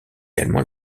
également